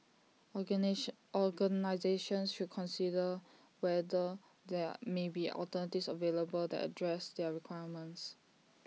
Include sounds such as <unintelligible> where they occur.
<unintelligible> organisations should consider whether there may be alternatives available that address their requirements